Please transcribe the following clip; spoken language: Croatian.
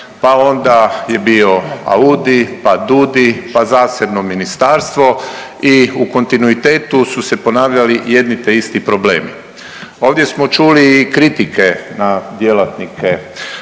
pa onda je bio AUDI pa DUDI, pa zasebno ministarstvo i u kontinuitetu su se ponavljali jedni te isti problemi. Ovdje smo čuli i kritike na djelatnike